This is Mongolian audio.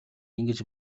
ингэж